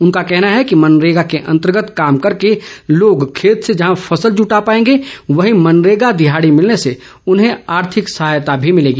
उनका कहना है कि मनरेगा के अन्तर्गत काम करके लोग खेत से जहां फसल जुटा पाएगे वहीं मनरेगा दिहाड़ी मिलने से उन्हें आर्थिक सहायता भी मिलेगी